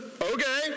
okay